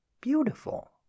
beautiful